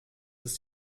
ist